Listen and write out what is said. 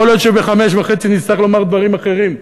יכול להיות שב-17:30 נצטרך לומר דברים אחרים.